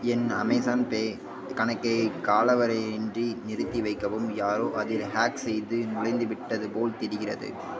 என் Amazon Pay கணக்கை காலவரையறையின்றி நிறுத்தி வைக்கவும் யாரோ அதில் ஹேக் செய்து நுழைந்துவிட்டது போல் தெரிகிறது